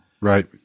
Right